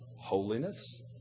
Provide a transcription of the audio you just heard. holiness